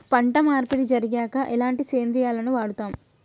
పంట మార్పిడి జరిగాక ఎలాంటి సేంద్రియాలను వాడుతం?